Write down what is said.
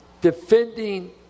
defending